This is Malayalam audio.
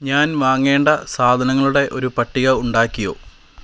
ഞാൻ വാങ്ങേണ്ട സാധനങ്ങളുടെ ഒരു പട്ടിക ഉണ്ടാക്കിയോ